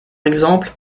exemple